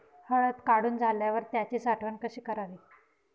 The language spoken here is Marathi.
हळद काढून झाल्यावर त्याची साठवण कशी करावी?